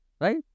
Right